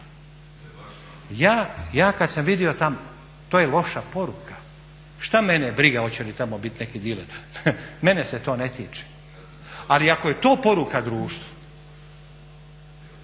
Ja kad sam vidio tamo, to je loša poruka, šta mene briga oće li tamo biti neki diler mene se to ne tiče, ali ako je to poruka društvu